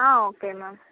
ah okay ma'am